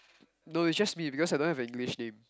no it's just me because I don't have a English name